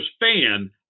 fan